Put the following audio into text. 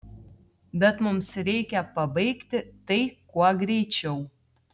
bet mums reikia pabaigti tai kuo greičiau